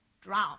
drown